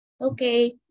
Okay